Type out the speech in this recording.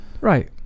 right